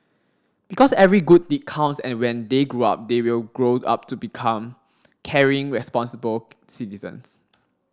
because every good deed counts and when they grow up they will grow up to become caring responsible citizens